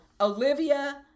Olivia